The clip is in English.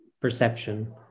perception